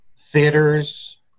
theaters